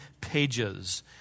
pages